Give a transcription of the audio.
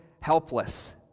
helpless